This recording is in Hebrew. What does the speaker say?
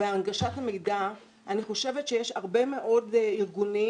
והנגשת המידע, אני חושבת שיש הרבה מאוד ארגונים